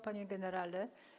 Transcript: Panie Generale!